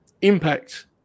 Impact